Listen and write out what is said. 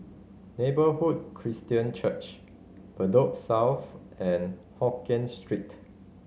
Neighbourhood Christian Church Bedok South and Hokien Street